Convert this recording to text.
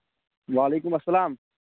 وعلیکُم السلام